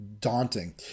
daunting